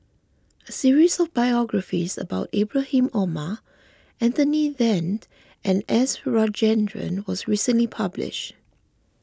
a series of biographies about Ibrahim Omar Anthony then and S Rajendran was recently published